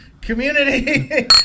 community